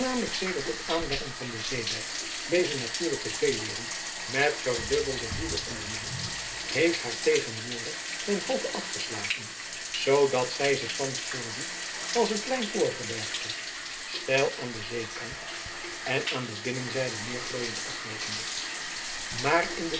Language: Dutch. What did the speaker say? sedert het aanleggen van den zeedijk deze natuurlijke zeewering met verdubbelde woede ondermijnt heeft haar tegenwoordig ten halve afgeslagen zoodat zij zich thans voordoet als een klein voorgebergte steil aan den zeekant en aan de binnenzijde meer glooiend afloopende maar in den